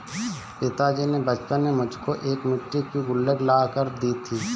पिताजी ने बचपन में मुझको एक मिट्टी की गुल्लक ला कर दी थी